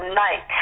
night